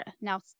Now